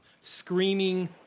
Screaming